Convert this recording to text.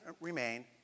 remain